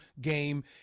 game